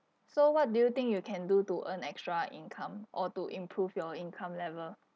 so what do you think you can do to earn extra income or to improve your income level